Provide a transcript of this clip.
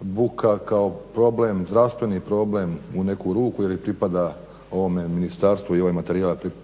buka kao zdravstveni problem u neku ruku ili pripada ovome ministarstvu i ove materijal od